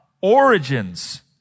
origins